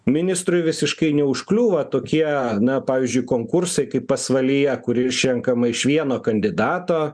ministrui visiškai neužkliūva tokie na pavyzdžiui konkursai kaip pasvalyje kur išrenkama iš vieno kandidato